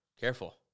Careful